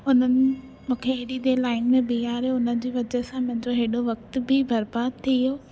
हुननि मूंखे हेॾी देरि लाइन में बीहारयो हुन जी वजह सां मुंहिंजो हेॾो वक़्त बि बरबाद थी वियो